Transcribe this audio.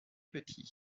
petit